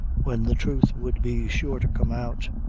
when the truth would be sure to come out.